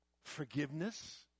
forgiveness